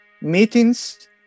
meetings